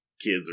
kids